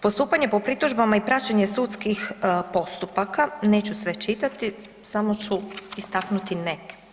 Postupanje po pritužbama i praćenje sudskih postupaka, neću sve čitati, samo ću istaknuti neke.